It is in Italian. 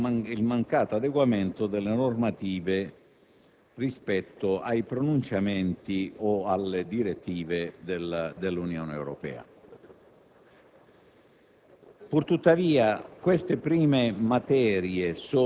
per il mancato adempimento ed il mancato adeguamento delle normative rispetto ai pronunciamenti o alle direttive dell'Unione europea.